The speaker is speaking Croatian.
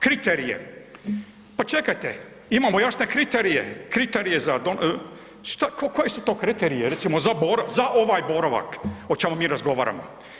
Kriterije, pa čekajte, imamo i oštre kriterije, kriterije za, koje su to kriterije, recimo za ovaj boravak o čemu mi razgovaramo?